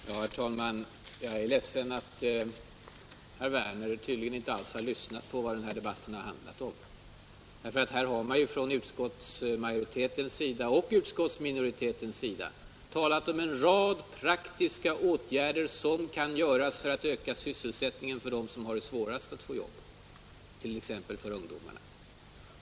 Herr talman! Jag är ledsen att herr Werner tydligen inte alls har lyssnat på vad den här debatten har handlat om. Här har man från både utskottsmajoritetens och utskottsminoritetens sida talat om en rad praktiska åtgärder som kan vidtas för att öka sysselsättningen för dem som har det svårast att få jobb, t.ex. för ungdomarna.